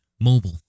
mobile